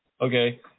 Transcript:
Okay